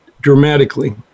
dramatically